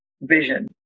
vision